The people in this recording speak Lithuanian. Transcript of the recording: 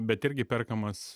bet irgi perkamas